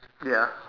ya